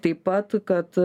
taip pat kad